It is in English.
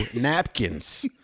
napkins